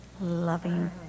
Loving